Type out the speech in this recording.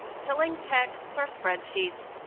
tilling texts or spreadsheets,